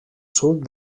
sud